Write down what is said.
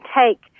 take